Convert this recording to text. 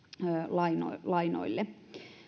lainoille lainoille